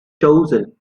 chosen